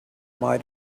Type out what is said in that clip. might